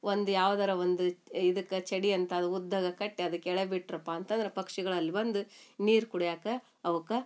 ಒಂದು ಯಾವ್ದಾರ ಒಂದು ಇದ್ಕಕೆ ಚಡಿ ಅಂಥದ್ದು ಉದ್ದಗ ಕಟ್ಟಿ ಅದು ಕೆಳಗೆ ಬಿಟ್ರಪ್ಪಾ ಅಂತಂದ್ರೆ ಪಕ್ಷಿಗಳು ಅಲ್ಲಿ ಬಂದು ನೀರು ಕುಡಿಯಾಕ್ಕ ಅವ್ಕ